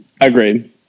Agreed